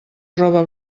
roba